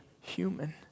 human